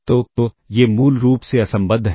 तो ये मूल रूप से असंबद्ध हैं